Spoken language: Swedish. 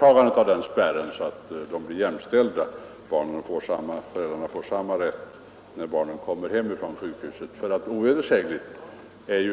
andra fallet, så att föräldrarna till sjuka barn får samma rätt som andra föräldrar när barnet kommer hem från sjukhuset.